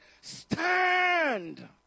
stand